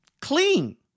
clean